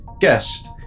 Guest